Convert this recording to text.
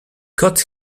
caught